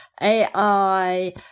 AI